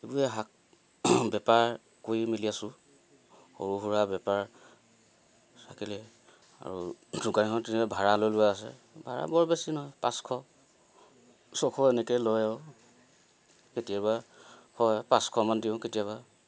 এইবোৰে শাক বেপাৰ কৰি মেলি আছোঁ সৰু সুৰা বেপাৰ থাকিলে আৰু দোকান এখন তেনেকে ভাড়া লৈ থোৱা আছে ভাড়া বৰ বেছি নহয় পাঁচশ ছশ এনেকে লয় আৰু কেতিয়াবা হয় পাঁচশমান দিওঁ কেতিয়াবা